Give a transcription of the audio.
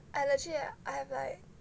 I legit leh I have like